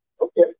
Okay